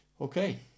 Okay